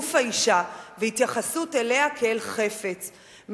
לגוף האשה והתייחסות אליה כאל חפץ.